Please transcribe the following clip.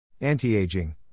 Anti-aging